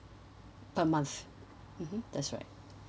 per month mmhmm that's right